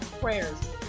prayers